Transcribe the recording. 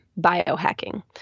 biohacking